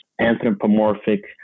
anthropomorphic